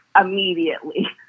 immediately